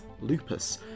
Lupus